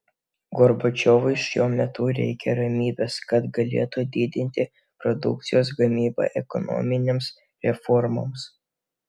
gorbačiovui šiuo metu reikia ramybės kad galėtų didinti produkcijos gamybą ekonominėms reformoms